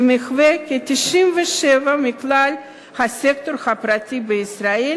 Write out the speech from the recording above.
שמהווה כ-97% מכלל הסקטור הפרטי בישראל